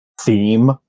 theme